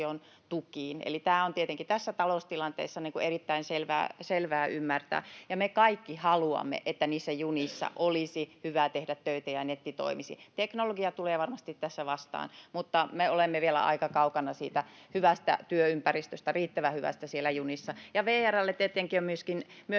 eli tämä on tietenkin tässä taloustilanteessa erittäin selvää ymmärtää. Me kaikki haluamme, että niissä junissa olisi hyvä tehdä töitä ja netti toimisi. Teknologia tulee varmasti tässä vastaan, mutta me olemme vielä aika kaukana siitä riittävän hyvästä työympäristöstä siellä junissa. Tietenkin on